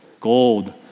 Gold